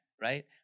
right